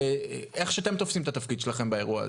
איך שאתם תופסים את התפקיד שלכם באירוע הזה?